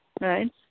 Right